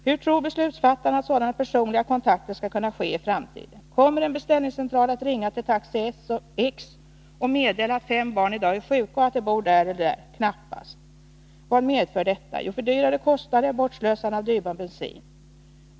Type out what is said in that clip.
Hur tror beslutsfattarna att sådana personliga kontakter skall kunna ske i framtiden? Kommer en beställningscentral att ringa till taxi X och meddela, att fem barn i dag är sjuka och att de bor där eller där? Knappast. Vad medför detta? Jo, fördyrade kostnader, bortslösande av dyrbar bensin eller olja, etc.